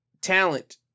talent